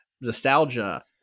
nostalgia